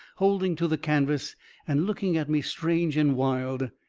holding to the canvas and looking at me strange and wild.